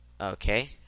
Okay